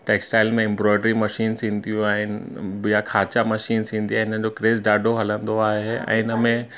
textile में embroidery machines ईंदियूं आहिनि ॿिया खांचा मशीन्स ईंदियूं आहिनि हिननि जो क्रेज़ ॾाढो हलंदो आहे ऐं इनमें